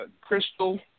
Crystal